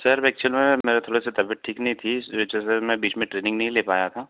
sir actual में मेरा थोड़ा सा तबियत ठीक नहीं थी इसलिए अच्छे से मैं बीच में ट्रेनिंग नहीं ले पाया था